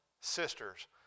sisters